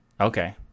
Okay